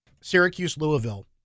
Syracuse-Louisville